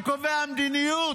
אני קובע מדיניות.